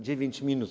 9 minut.